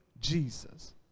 Jesus